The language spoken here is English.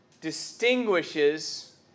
distinguishes